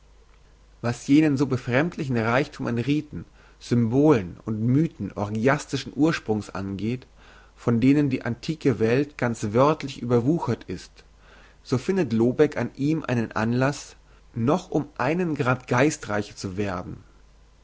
was jenen so befremdlichen reichthum an riten symbolen und mythen orgiastischen ursprungs angeht von dem die antike welt ganz wörtlich überwuchert ist so findet lobeck an ihm einen anlass noch um einen grad geistreicher zu werden